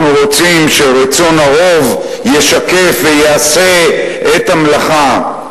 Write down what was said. אנחנו רוצים שרצון הרוב ישקף ויעשה את המלאכה.